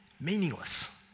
meaningless